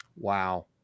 wow